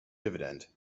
dividend